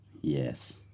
yes